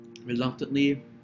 Reluctantly